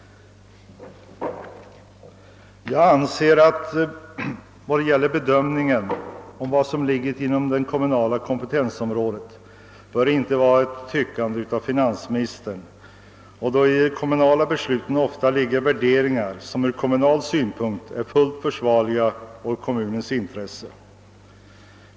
När det gäller bedömningen av vad som ligger inom det kommunala kompetensområdet anser jag att det inte bör förekomma något tyckande av finansministern, eftersom det i de kommunala besluten ligger värderingar, som är fullt försvarliga ur kommunal synpunkt och står i överensstämmelse med kommunens intressen.